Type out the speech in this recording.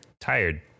tired